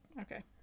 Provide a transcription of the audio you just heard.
Okay